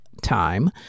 time